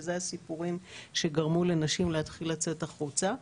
ואלה הסיפורים שגרמו לנשים לצאת החוצה.